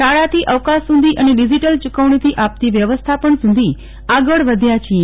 શાળાથી અવકાશ સુધી અને ડીઝીટલ ચુકવણીથી આપતી વ્યવસ્થાપન સુધી આગળ વધ્યા છીએ